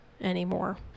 anymore